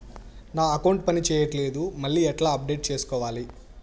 నా అకౌంట్ పని చేయట్లేదు మళ్ళీ ఎట్లా అప్డేట్ సేసుకోవాలి?